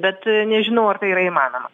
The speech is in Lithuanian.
bet nežinau ar tai yra įmanoma